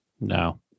No